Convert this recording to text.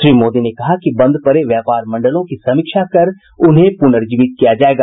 श्री मोदी ने कहा कि बंद पड़े व्यापार मंडलों की समीक्षा कर उन्हें पुनर्जीवित किया जायेगा